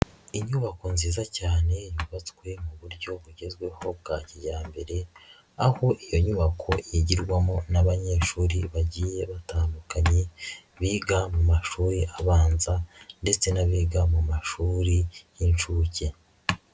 Inyubako nziza cyane yubatswe mu buryo bugezweho bwa kijyambere, aho iyo nyubako yigirwamo n'abanyeshuri bagiye batandukanye biga mu mashuri abanza ndetse n'abiga mu mashuri y'incuke.